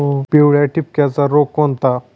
पिवळ्या ठिपक्याचा रोग कोणता?